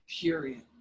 period